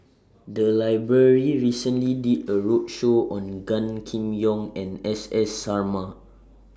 The Library recently did A roadshow on Gan Kim Yong and S S Sarma